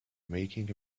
making